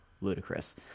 ludicrous